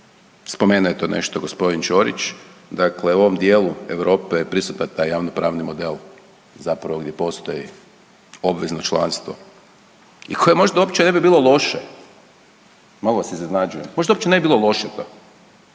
spomenuo je to nešto g. Ćorić, dakle u ovom dijelu Europe je prisutan taj javnopravni model zapravo ovdje postoji obvezno članstvo i koje možda uopće ne bi bilo loše, malo vas iznenađujem, možda uopće ne bi bilo loše,